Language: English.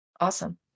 Awesome